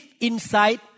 inside